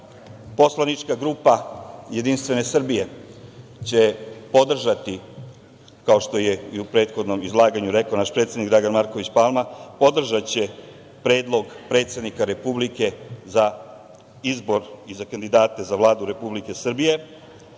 poslanička grupa JS će podržati, kao što je i u prethodnom izlaganju rekao naš predsednik Dragan Marković Palma, predlog predsednika Republike za izbor i za kandidate za Vladu Republike Srbije